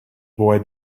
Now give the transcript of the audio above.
boy